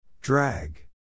Drag